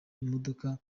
imodoka